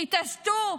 תתעשתו,